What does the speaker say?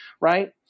right